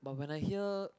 but when I hear